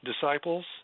disciples